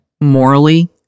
morally